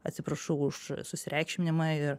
atsiprašau už susireikšminimą ir